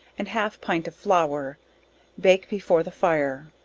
and half pint of flower bake before the fire.